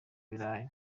ibirayi